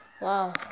Wow